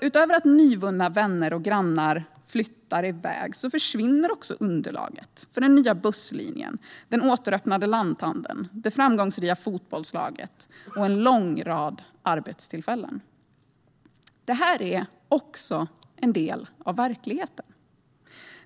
Utöver att nyvunna vänner och grannar flyttar iväg försvinner också underlaget för den nya busslinjen, den återöppnade lanthandeln, det framgångsrika fotbollslaget och en lång rad arbetstillfällen. Detta är också en del av verkligheten.